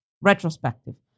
retrospective